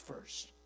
first